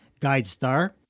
GuideStar